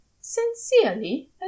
Sincerely